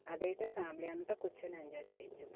అదైతే ఫ్యామిలీ అంతా కూర్చొని ఎంజాయ్ చేయచ్చు